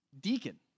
Deacon